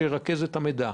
שירכז את המידע.